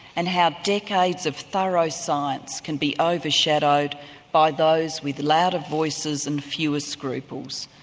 and how decades of thorough science can be overshadowed by those with louder voices and fewer scruples.